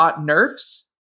nerfs